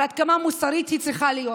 אבל עד כמה מוסרית היא צריכה להיות?